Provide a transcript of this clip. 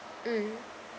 mm